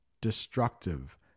destructive